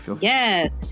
Yes